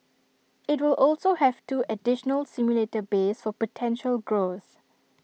IT will also have two additional simulator bays for potential growth